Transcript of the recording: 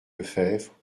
lefebvre